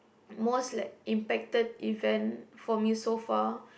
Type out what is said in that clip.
most like impacted event for me so far